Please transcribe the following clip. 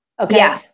Okay